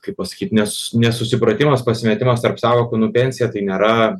kaip pasakyt nes nesusipratimas pasimetimas tarp sąvokų nu pensija tai nėra